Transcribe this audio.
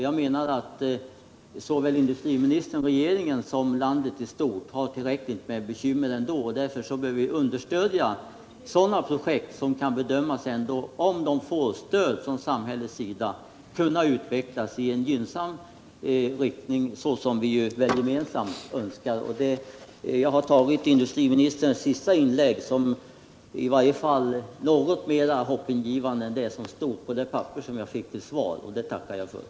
Jag menar att såväl industriministern som regeringen och landet i stort har tillräckligt med bekymmer ändå. Vi bör därför understödja sådana projekt som om de får stöd från samhällets sida bedöms kunna utvecklas i en gynnsam riktning, vilket jag antar vi är överens om. I det sammanhanget vill jag tacka för att industriministerns sista inlägg, såsom jag uppfattade det, var något mer hoppingivande än det svar jag fick tidigare.